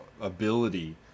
ability